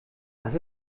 das